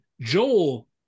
joel